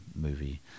movie